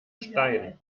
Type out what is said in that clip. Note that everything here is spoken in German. stein